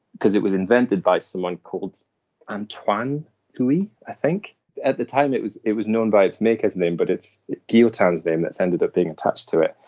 because it was invented by someone called antoine louis so at the time it was it was known by its maker's name, but it's guillotin's name that's ended up being attached to it,